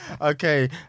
okay